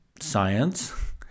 science